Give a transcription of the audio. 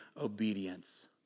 obedience